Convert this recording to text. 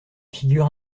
figure